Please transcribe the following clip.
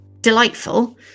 delightful